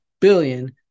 billion